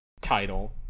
title